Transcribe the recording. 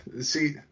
see